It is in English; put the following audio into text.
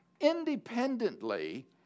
independently